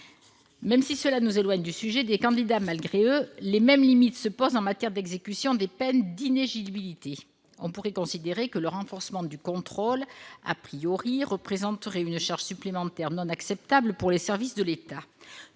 Même si cela nous éloigne du sujet des « candidats malgré eux », les mêmes limites se posent en matière d'exécution des peines d'inéligibilité. On pourrait considérer que le renforcement du contrôle représenterait une charge supplémentaire non acceptable pour les services de l'État.